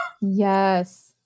Yes